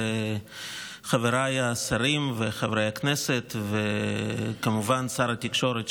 חבריי השרים וחברי הכנסת וכמובן שר התקשורת,